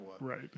Right